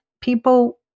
people